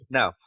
Now